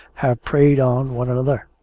have preyed on one another.